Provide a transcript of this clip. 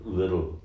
little